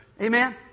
Amen